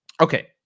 Okay